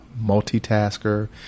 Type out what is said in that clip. multitasker